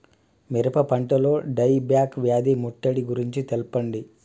మిరప పంటలో die back వ్యాధి ముట్టడి గురించి తెల్పండి?